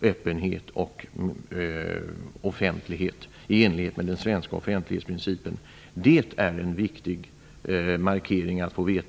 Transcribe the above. öppenhet och offentlighet i enlighet med den svenska offentlighetsprincipen? Det är en viktig markering att få veta.